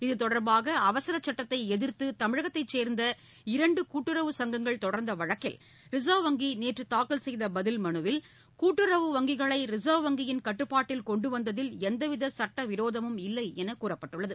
இது தொடர்பாக அவசரச் சுட்டத்தை எதிர்த்து தமிழகத்தைச் சேர்ந்த இரண்டு கூட்டுறவு சங்கங்கள் தொடர்ந்த வழக்கில் ரிசர்வ் வங்கி நேற்று தாக்கல் செய்த பதில் மனுவில் கூட்டுறவு வங்கிகளை ரிசர்வ் வங்கியின் கட்டுப்பாட்டில் கொண்டுவந்ததில் எந்தவித சட்டவிரோதமும் இல்லையென தெரிவிக்கப்பட்டுள்ளது